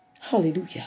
Hallelujah